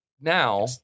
Now